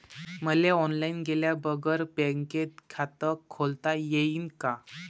मले ऑनलाईन गेल्या बगर बँकेत खात खोलता येईन का?